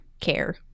care